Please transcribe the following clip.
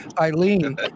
Eileen